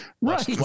Right